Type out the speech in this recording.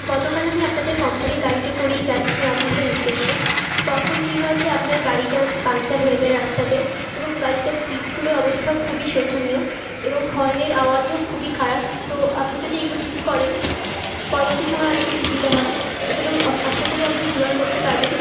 গতকাল আমি আপনাদের কম্পানির গাড়িতে করেই যাচ্ছিলাম অফিসের উদ্দেশ্যে তো তখন কি হয়ছে আপনার গাড়িটা পাংচার হয়ে যায় রাস্তাতে এবং গাড়িটার সিটগুলোর অবস্থাও খুবই শোচনীয় এবং হর্নের আওয়াজও খুবই খারাপ তো আপনি যদি এগুলো ঠিক করেন পরবর্তী সময়ে অনেকটা সুবিধা হয় এগুলো আশা করি আপনি পূরণ করতে পারবেন